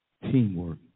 Teamwork